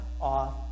off